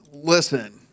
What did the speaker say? Listen